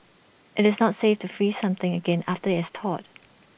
IT is not safe to freeze something again after it's thawed